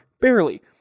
barely